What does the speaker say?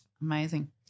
Amazing